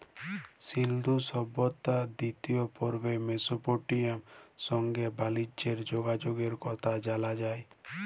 সিল্ধু সভ্যতার দিতিয় পর্বে মেসপটেমিয়ার সংগে বালিজ্যের যগাযগের কথা জালা যায়